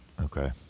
Okay